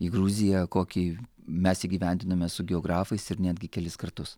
į gruziją kokį mes įgyvendinome su geografais ir netgi kelis kartus